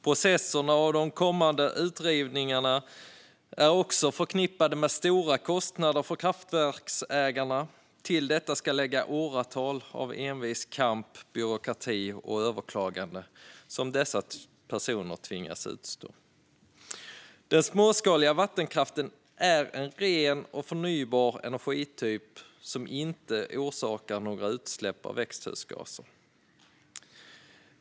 Processerna och de kommande utrivningarna är också förknippade med stora kostnader för kraftverksägarna. Till det ska läggas åratal av envis kamp, byråkrati och överklaganden som dessa personer tvingas utstå. Den småskaliga vattenkraften är en ren och förnybar energityp som inte orsakar några utsläpp av växthusgaser.